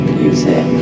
music